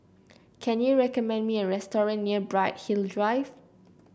can you recommend me a restaurant near Bright Hill Drive